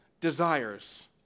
desires